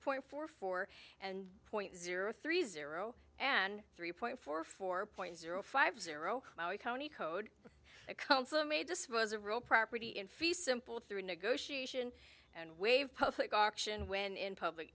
point four four and point zero three zero and three point four four point zero five zero a consummate this was a real property in fee simple through negotiation and wave public auction when in public